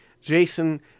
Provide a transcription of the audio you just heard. Jason